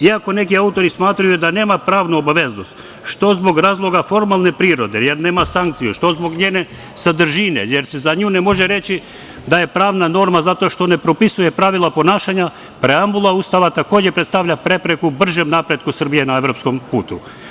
Iako neki autori smatraju da nema pravnu obaveznost, što zbog razloga formalne prirode, jer nema sankcija, što zbog njene sadržine, jer se za nju ne može reći da je pravna norma zato što ne propisuje pravila ponašanja, preambula Ustava takođe predstavlja prepreku bržem napretku Srbije na evropskom putu.